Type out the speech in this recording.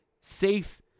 safe